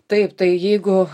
taip tai jeigu